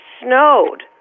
snowed